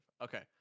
okay